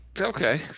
okay